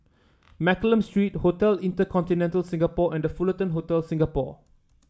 Mccallum Street Hotel InterContinental Singapore and The Fullerton Hotel Singapore